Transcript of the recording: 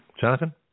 Jonathan